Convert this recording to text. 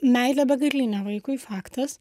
meilė begalinė vaikui faktas